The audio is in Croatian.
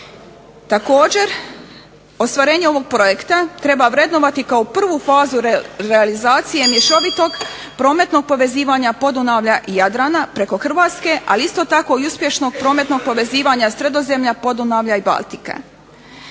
Također, ostvarenje ovog projekta treba vrednovati kao prvu fazu realizacije mješovitog prometnog povezivanja Podunavlja i Jadrana preko Hrvatske, a isto tako i uspješnog prometnog povezivanja Sredozemlja, Podunavlja i Baltika.